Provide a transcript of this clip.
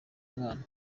mwana